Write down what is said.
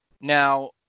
Now